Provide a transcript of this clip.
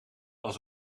als